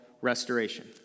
restoration